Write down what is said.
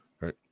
right